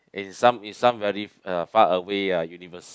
in some in some very uh far away ah universe